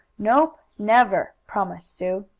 nope never! promised sue,